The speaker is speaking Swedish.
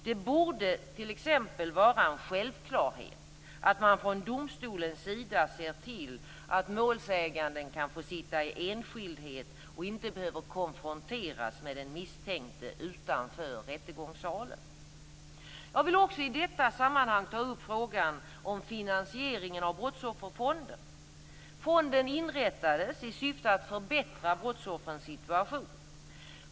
Det borde t.ex. vara en självklarhet att man från domstolens sida ser till att målsäganden kan få sitta i enskildhet och inte behöver konfronteras med den misstänkte utanför rättegångssalen. Jag vill också i detta sammanhang ta upp frågan om finansieringen av Brottsofferfonden. Fonden inrättades i syfte att förbättra brottsoffrens situation.